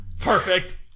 Perfect